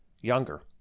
younger